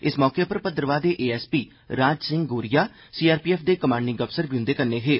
इस मौके उप्पर भद्रवाह दे A S P Raj Singh Goria C R P F दे कमांडिग अफसर बी उंदे कन्नै हे